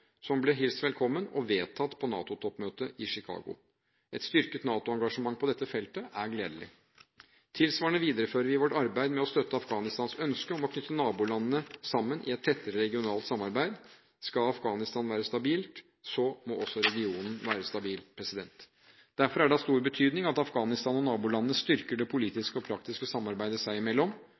som ble hilst velkommen og vedtatt på NATO-toppmøtet i Chicago. Et styrket NATO-engasjement på dette feltet er gledelig. Tilsvarende viderefører vi vårt arbeid med å støtte Afghanistans ønske om å knytte nabolandene sammen i et tettere regionalt samarbeid. Skal Afghanistan være stabilt, må også regionen være stabil. Derfor er det av stor betydning at Afghanistan og nabolandene styrker det politiske og praktiske samarbeidet seg imellom.